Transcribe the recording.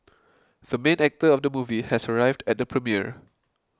the main actor of the movie has arrived at the premiere